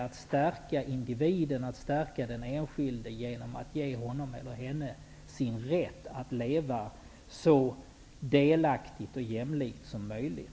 Det är att stärka den enskilde att ge honom eller henne rätten att leva så delaktig och jämlikt som möjligt.